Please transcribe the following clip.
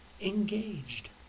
engaged